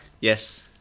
Yes